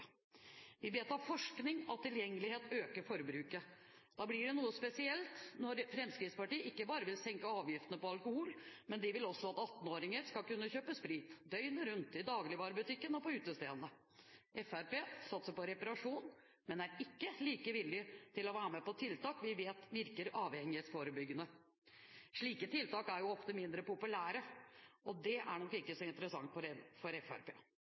Vi vet av forskning at økt tilgjengelighet øker forbruket. Da blir det noe spesielt når Fremskrittspartiet ikke bare vil senke avgiftene på alkohol, men de vil også at 18-åringer skal kunne kjøpe sprit døgnet rundt, i dagligvarebutikken og på utestedene. Fremskrittspartiet satser på reparasjon, men er ikke like villig til å være med på tiltak vi vet virker avhengighetsforebyggende. Slike tiltak er ofte mindre populære, og det er nok ikke så interessant for